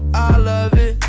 i love it.